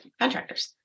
contractors